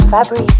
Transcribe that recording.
Fabri